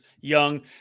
young